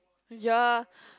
ya